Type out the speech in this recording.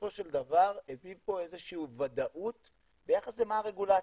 בסופו של דבר הביא פה איזה שהיא ודאות ביחס למה הרגולציה,